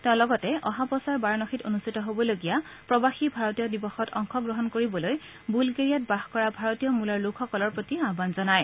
তেওঁ লগতে অহা বছৰ বাৰানসীত অনুষ্ঠিত হ'বলগীয়া প্ৰবাসী ভাৰতীয় দিৱসত অংশগ্ৰহণ কৰিবলৈ বুলগেৰিয়াত বাস কৰা ভাৰতীয় মূলৰ লোকসকলৰ প্ৰতি আহান জনায়